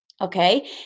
Okay